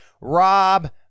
Rob